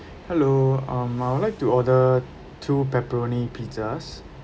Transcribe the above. hello um I would like to order two pepperoni pizzas